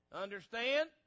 Understand